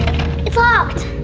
it's locked!